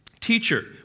Teacher